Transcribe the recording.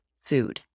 food